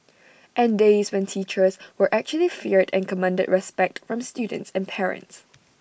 and days when teachers were actually feared and commanded respect from students and parents